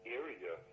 area